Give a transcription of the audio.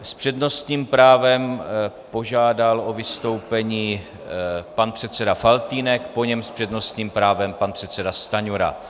S přednostním právem požádal o vystoupení pan předseda Faltýnek, po něm s přednostním právem pan předseda Stanjura.